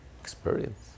experience